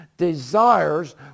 desires